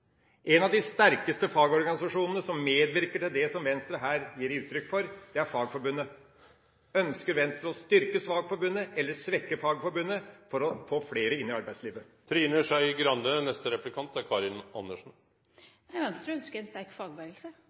En av de sterkeste fagorganisasjonene som medvirker til det som Venstre her gir uttrykk for, er Fagforbundet. Ønsker Venstre å styrke Fagforbundet eller svekke Fagforbundet, for å få flere inn i arbeidslivet?